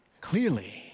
Clearly